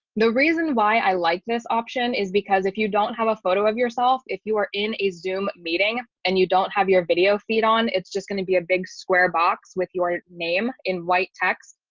the reason why i like this option is because if you don't have a photo of yourself, if you are in a zoom meeting, and you don't have your video feed on, it's just going to be a big square box with your name in white text.